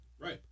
Right